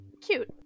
Cute